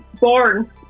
born